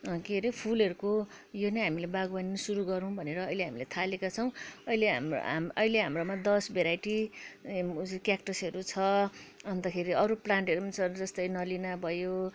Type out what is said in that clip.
के अरे फुलहरूको यो नै हामीले बागवानी सुरू गरौँ भनेर अहिले हामीले थालेका छौँ अहिले हाम्रो हाम अहिले हाम्रोमा दस भेराइटी क्याक्टसहरू छ अन्तखेरि अरू प्लान्टहरू पनि छ जस्तै नलिना भयो